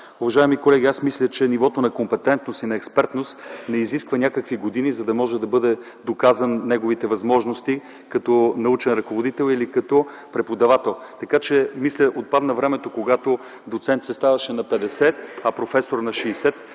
Уважаеми колеги, аз мисля, че нивото на компетентност и на експертност не изисква някакви години, за да може да бъдат доказани неговите възможности като научен ръководител или като преподавател, така че мисля отпадна времето, когато доцент се ставаше на 50, а професор на 60